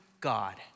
God